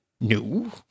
No